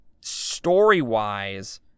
Story-wise